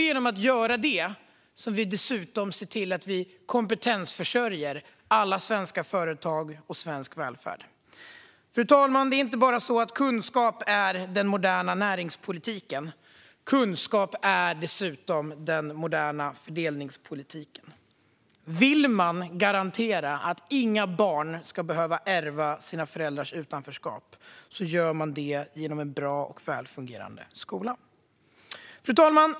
Genom att göra detta ser vi dessutom till att kompetensförsörja alla svenska företag och svensk välfärd. Fru talman! Kunskap är inte bara den moderna näringspolitiken; kunskap är dessutom den moderna fördelningspolitiken. Vill man garantera att inga barn ska behöva ärva sina föräldrars utanförskap gör man det genom en bra och välfungerande skola. Fru talman!